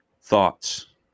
thoughts